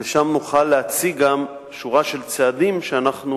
ושם גם נוכל להציג שורה של צעדים שאנחנו